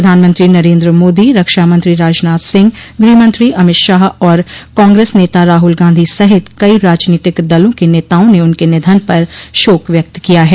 प्रधानमंत्री नरेन्द्र मोदी रक्षामंत्री राजनाथ सिंह गृहमंत्री अमित शाह और कांग्रेस नेता राहुल गांधी सहित कई राजनीतिक दलों के नेताओं ने उनके निधन पर शोक व्यक्त किया है